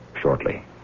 shortly